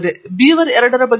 beaver 2 ಬಗ್ಗೆ ಏನು